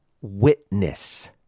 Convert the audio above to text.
witness